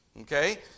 okay